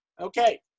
Okay